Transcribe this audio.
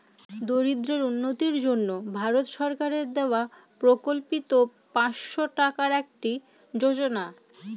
দরিদ্রদের উন্নতির জন্য ভারত সরকারের দেওয়া প্রকল্পিত পাঁচশো টাকার একটি যোজনা